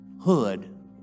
Hood